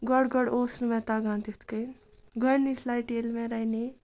گۄڈٕ گۄڈٕ اوس نہٕ مےٚ تَگان تِتھ کٔنۍ گۄڈنِچ لَٹہِ ییٚلہِ مےٚ رَنے